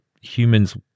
humans